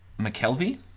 McKelvey